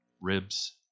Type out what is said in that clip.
ribs